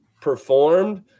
performed